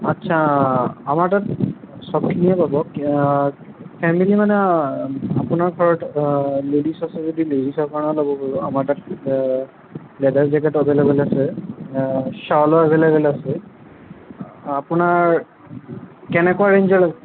আচ্ছা আমাৰ তাত চবখিনিয়ে পাব কি ফেমিলি মানে আপোনাৰ ঘৰত লেডিছ আছে যদি লেডিছৰ কাৰণেও ল'ব পাৰিব আমাৰ তাত লেডাৰ জেকেট এভেইলেবল আছে শ্বলো এভেইলেবল আছে আপোনাৰ কেনেকোৱা ৰেঞ্জৰ